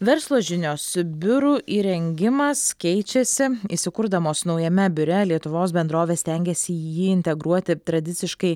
verslo žinios biurų įrengimas keičiasi įsikurdamos naujame biure lietuvos bendrovės stengiasi į jį integruoti tradiciškai